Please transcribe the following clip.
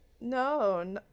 No